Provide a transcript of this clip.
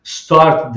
start